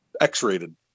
X-rated